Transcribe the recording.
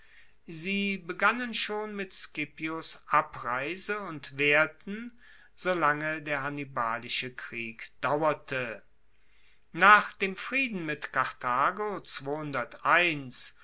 sie begannen schon mit scipios abreise und waehrten solange der hannibalische krieg dauerte nach dem frieden mit karthago